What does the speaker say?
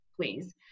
please